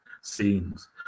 scenes